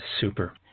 Super